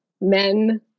men